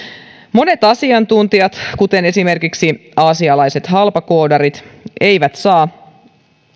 monet asiantuntijat kuten esimerkiksi aasialaiset halpakoodarit eivät saa